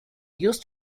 used